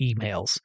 emails